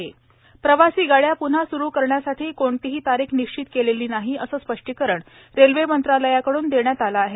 प्रवासी गाड्या प्रवासी गाड्या प्र्न्हा स्रू करण्यासाठी कोणतीही तारीख निश्चित केलेली नाही असे स्पष्टीकरण रेल्वे मंत्रालयाकडून देण्यात आले आहे